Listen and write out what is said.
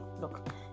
look